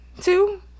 two